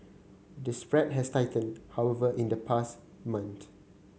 the spread has tightened however in the past month